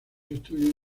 estudios